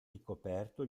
ricoperto